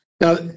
Now